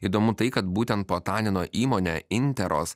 įdomu tai kad būtent potanino įmonę interos